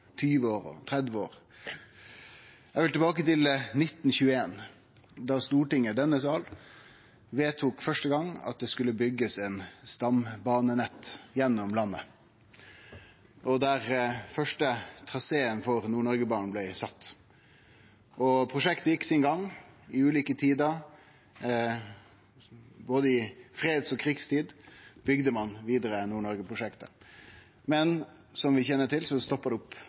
20 år, 30 år. Eg vil tilbake til 1921 da Stortinget, i denne sal, vedtok første gong at det skulle byggjast eit stambanenett gjennom landet, og der første traseen for Nord-Noreg-banen blei sett. Prosjektet gjekk sin gang, til ulike tider. Både i freds- og krigstid bygde ein vidare Nord-Noreg-prosjektet. Men som vi kjenner til, stoppa det opp